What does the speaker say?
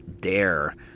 dare